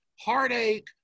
heartache